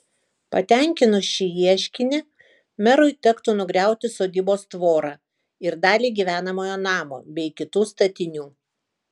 patenkinus šį ieškinį merui tektų nugriauti sodybos tvorą ir dalį gyvenamojo namo bei kitų statinių